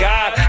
God